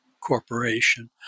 corporation